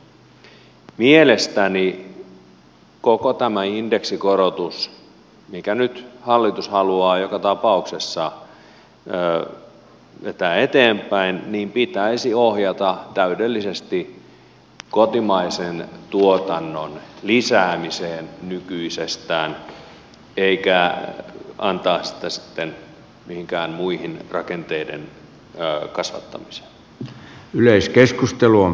mielestäni koko tämä indeksikorotus minkä nyt hallitus haluaa joka tapauksessa vetää eteenpäin pitäisi ohjata täydellisesti kotimaisen tuotannon lisäämiseen nykyisestään eikä antaa sitä sitten mihinkään muuhun rakenteiden kasvattamiseen